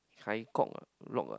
Kai-Kok ah Lok ah